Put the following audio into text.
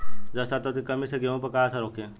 जस्ता तत्व के कमी से गेंहू पर का असर होखे?